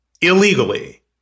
illegally